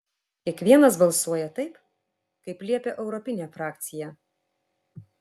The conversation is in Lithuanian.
kiekvienas balsuoja taip kaip liepia europinė frakcija